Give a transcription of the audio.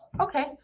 Okay